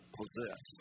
possess